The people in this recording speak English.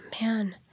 Man